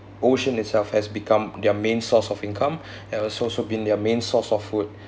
ocean itself has become their main source of income and also so been their main source for food